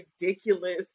ridiculous